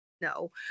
no